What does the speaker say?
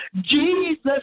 Jesus